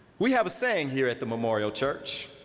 we have a saying here at the memorial church.